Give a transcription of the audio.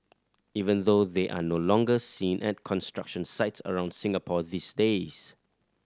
even though they are no longer seen at construction sites around Singapore these days